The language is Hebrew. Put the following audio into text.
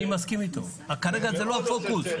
אני מסכים איתו כרגע זה לא הפוקוס,